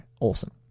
awesome